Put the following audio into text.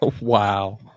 Wow